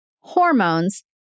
hormones